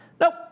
nope